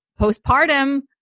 postpartum